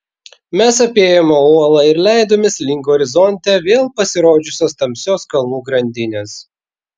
mes apėjome uolą ir leidomės link horizonte vėl pasirodžiusios tamsios kalnų grandinės